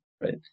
right